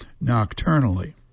nocturnally